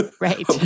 Right